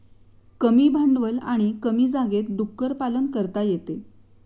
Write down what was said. कमी भांडवल आणि कमी जागेत डुक्कर पालन करता येते